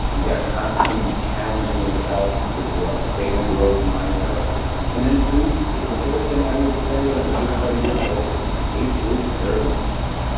you got to constantly be challenging yourself to grow, stay in a growth mindset and then the third thing i would say and it's a big part of your focus is take good care of yourself.